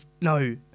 No